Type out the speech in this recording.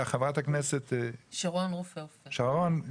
למשל חברת הכנסת שרון רופא גם אמרה